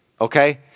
okay